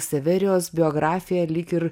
severijos biografija lyg ir